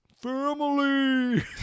family